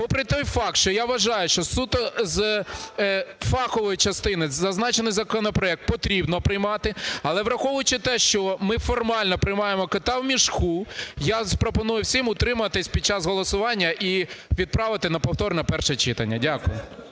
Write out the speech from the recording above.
попри той факт, що я вважаю, що суто з фахової частини зазначений законопроект потрібно приймати, але, враховуючи те, що ми формально приймаємо "кота в мішку", я пропоную всім утриматись під час голосування і відправити на повторне перше читання. Дякую.